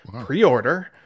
pre-order